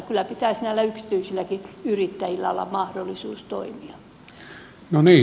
kyllä pitäisi näillä yksityisilläkin yrittäjillä olla mahdollisuus toimia